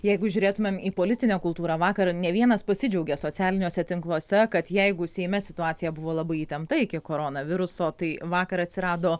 jeigu žiūrėtumėm į politinę kultūrą vakar ne vienas pasidžiaugė socialiniuose tinkluose kad jeigu seime situacija buvo labai įtempta iki koronaviruso tai vakar atsirado